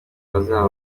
bazaza